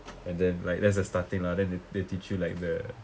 and then like that's the starting lah then they they teach you like the